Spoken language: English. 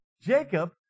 Jacob